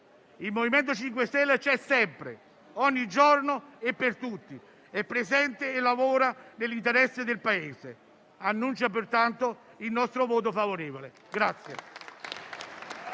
Il MoVimento 5 Stelle c'è sempre, ogni giorno e per tutti. È presente e lavora nell'interesse del Paese. Annuncio pertanto il voto favorevole del